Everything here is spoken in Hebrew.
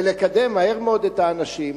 ולקדם מהר מאוד את האנשים,